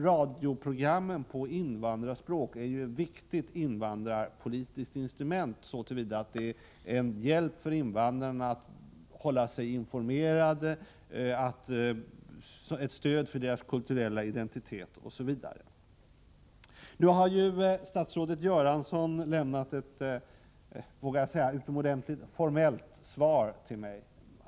Radioprogrammen på invandrarspråk är ju ett viktigt invandrarpolitiskt instrument, så till vida att de hjälper invandrarna att hålla sig informerade, stödjer deras kulturella identitet osv. Nu har statsrådet Göransson lämnat ett utomordentligt formellt svar till mig.